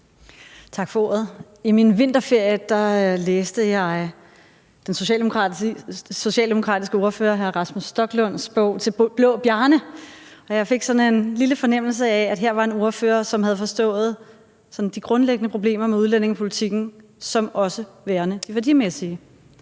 Tak for ordet. I min vinterferie læste jeg den socialdemokratiske ordfører hr. Rasmus Stoklunds bog »Til Blå Bjarne«. Og jeg fik sådan en lille fornemmelse af, at her var en ordfører, som havde forstået de grundlæggende problemer med udlændingepolitikken som også værende de værdimæssige.